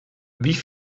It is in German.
wie